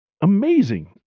amazing